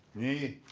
the